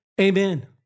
Amen